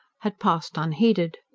had passed unheeded.